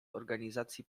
organizacji